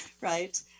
right